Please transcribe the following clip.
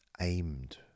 aimed